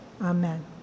Amen